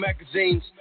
magazines